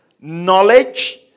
Knowledge